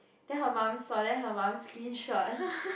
then her mum saw then her mum screenshot